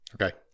Okay